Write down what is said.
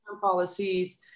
policies